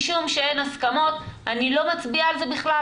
משום שאין הסכמות אני לא מצביעה על זה בכלל,